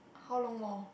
how long more